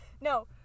No